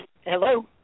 hello